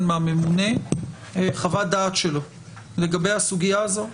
מהממונה חוות דעת שלו לגבי הסוגיה הזו,